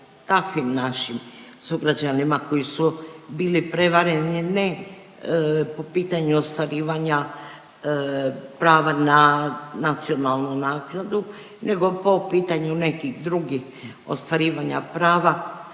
takvim našim sugrađanima koji su bili prevareni ne po pitanju ostvarivanja prava na nacionalnu naknadu nego po pitanju nekih drugih ostvarivanja prava,